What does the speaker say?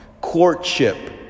courtship